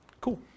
Cool